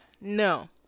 no